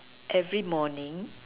every morning